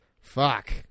Fuck